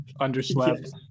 underslept